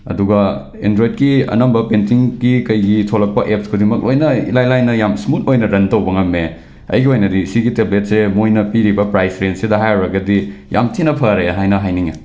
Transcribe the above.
ꯑꯗꯨꯒ ꯑꯦꯟꯗ꯭ꯔꯣꯏꯠꯀꯤ ꯑꯅꯝꯕ ꯄꯦꯟꯇꯤꯡꯒꯤ ꯀꯩꯒꯤ ꯊꯣꯛꯂꯛꯄ ꯑꯦꯞꯁ ꯈꯨꯗꯤꯡꯃꯛ ꯂꯣꯏꯅ ꯏꯂꯥꯏ ꯂꯥꯏꯅ ꯌꯥꯝ ꯁ꯭ꯃꯨꯠ ꯑꯣꯏꯅ ꯔꯟ ꯇꯧꯕ ꯉꯝꯃꯦ ꯑꯩꯒꯤ ꯑꯣꯏꯅꯗꯤ ꯁꯤꯒꯤ ꯇꯦꯕ꯭ꯂꯦꯠꯁꯦ ꯃꯣꯏꯅ ꯄꯤꯔꯤꯕ ꯄ꯭ꯔꯥꯏꯁ ꯔꯦꯟꯁꯁꯤꯗ ꯍꯥꯏꯔꯨꯔꯒꯗꯤ ꯌꯥꯝꯅ ꯊꯤꯅ ꯐꯔꯦ ꯍꯥꯏꯅ ꯍꯥꯏꯅꯤꯡꯉꯦ